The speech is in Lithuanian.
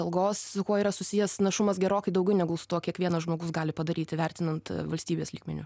algos su kuo yra susijęs našumas gerokai daugiau negu su tuo kiekvienas žmogus gali padaryti vertinant valstybės lygmeniu